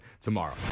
tomorrow